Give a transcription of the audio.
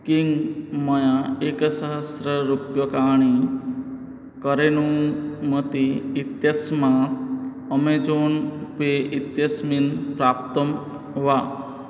किं मया एकसहस्ररूप्यकाणि करेणूमति इत्यस्मात् अमेजोन् पे इत्यस्मिन् प्राप्तं वा